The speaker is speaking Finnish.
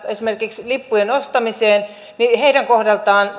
esimerkiksi lippujen ostamiseen eivät heidän kohdaltaan